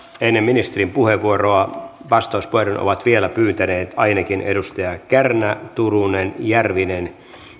ennen ministerin puheenvuoroa vastauspuheenvuoron ovat vielä pyytäneet ainakin edustajat kärnä turunen ja järvinen